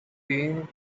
being